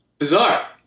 Bizarre